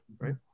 right